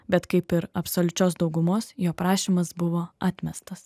bet kaip ir absoliučios daugumos jo prašymas buvo atmestas